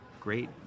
Great